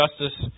justice